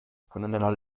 voneinander